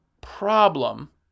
problem